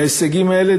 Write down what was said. וההישגים האלה,